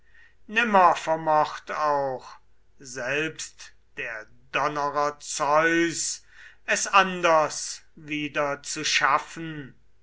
nimmer vermocht auch selbst der donnerer zeus es anders wieder zu schaffen